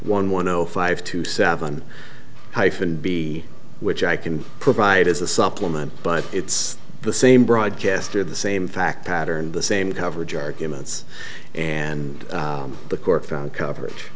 one one zero five two seven hyphen b which i can provide as a supplement but it's the same broadcaster the same fact pattern the same coverage arguments and the court found coverage